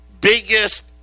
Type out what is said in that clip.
biggest